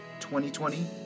2020